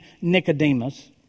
Nicodemus